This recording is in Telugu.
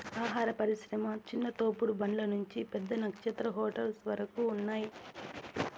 ఆహార పరిశ్రమ చిన్న తోపుడు బండ్ల నుంచి పెద్ద నక్షత్ర హోటల్స్ వరకు ఉన్నాయ్